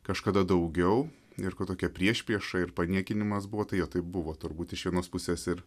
kažkada daugiau ir kad tokia priešprieša ir paniekinimas buvo tai jo tai buvo turbūt iš vienos pusės ir